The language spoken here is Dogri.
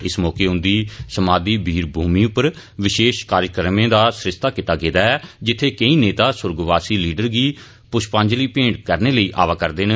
इस मौके उन्दी समाधि वीरभूमि पर वशेष कार्यक्रमें दा सरिस्ता कीता गेदा ऐ जित्थे केंई नेता सुर्गवासी लीडर गी पुष्पाजली भेंट करने आवा रदे न